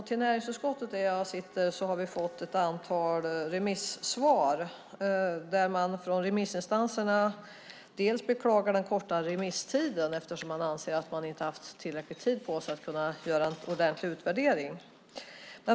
Till näringsutskottet, där jag sitter, har vi fått ett antal remissvar där man från remissinstanserna beklagar den korta remisstiden. Man anser att man inte haft tillräcklig tid på sig att kunna göra en ordentlig utvärdering.